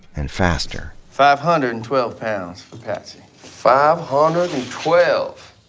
and faster. five hundred and twelve pounds for patsey. five hundred and twelve!